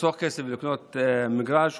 לחסוך כסף ולקנות מגרש,